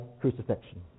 crucifixion